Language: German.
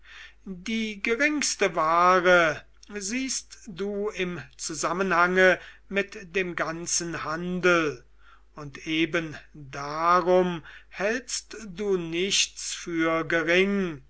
die geringste ware siehst du im zusammenhange mit dem ganzen handel und eben darum hältst du nichts für gering